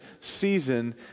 season